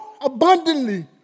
abundantly